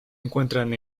encuentran